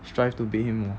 strive to beat him